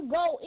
go